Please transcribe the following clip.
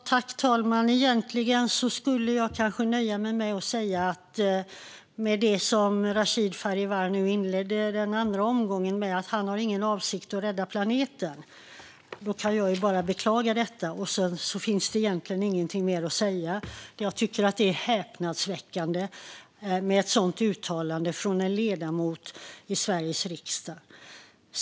Fru talman! Egentligen skulle jag kanske nöja mig med att säga något om det som Rashid Farivar inledde sin andra replik med, nämligen att han inte har någon avsikt att rädda planeten. Jag kan bara beklaga detta, och sedan finns det egentligen ingenting mer att säga. Jag tycker att det är häpnadsväckande att det kommer ett sådant uttalande från en ledamot av Sveriges riksdag.